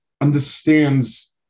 understands